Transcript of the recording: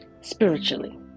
spiritually